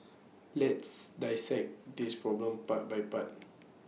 let's dissect this problem part by part